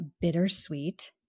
bittersweet